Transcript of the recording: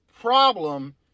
Problem